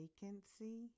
vacancy